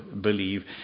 believe